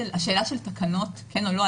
השאלה של תקנות כן או לא,